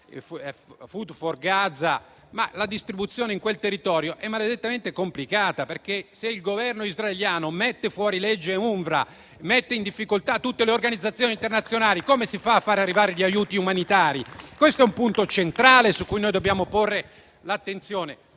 (Food for Gaza), ma la distribuzione in quel territorio è maledettamente complicata. Infatti, se il Governo israeliano mette fuori legge UNRWA, mette in difficoltà tutte le organizzazioni internazionali. Come si fa a far arrivare gli aiuti umanitari? Questo è un punto centrale su cui noi dobbiamo porre l'attenzione.